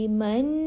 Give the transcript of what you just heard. man